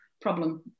problem